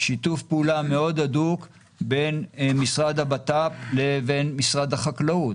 שיתוף פעולה מאוד הדוק בין משרד הבט"פ לבין משרד החקלאות.